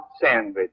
sandwich